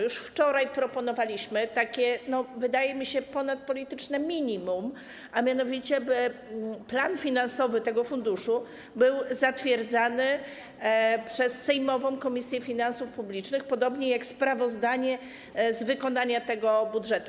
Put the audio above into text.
Już wczoraj proponowaliśmy, wydaje mi się, ponadpolityczne minimum, a mianowicie, by plan finansowy tego funduszu był zatwierdzany przez sejmową Komisję Finansów Publicznych, podobnie jak sprawozdanie z wykonania tego budżetu.